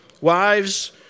Wives